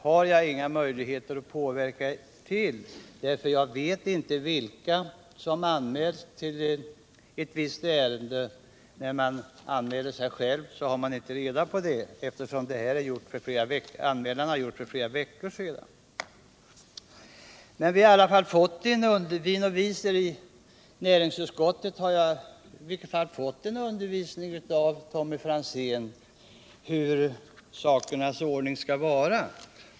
När jag anmäler mig till ett visst ärende vet jag inte vilka andra som också har anmält sig; f. ö. gjordes anmälan i det här fallet för flera veckor sedan. I alla fall har vi noviser i näringsutskottet fått undervisning av Tommy Franzén i hur sakernas ordning bör vara.